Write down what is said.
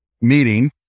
meeting